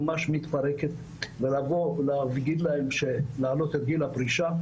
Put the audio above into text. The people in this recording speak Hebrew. שממש מתפרקת, יעלו לה את גיל הפרישה.